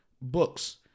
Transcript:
books